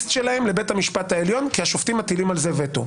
שלהם לבית המשפט העליון כי השופטים מטילים על זה וטו.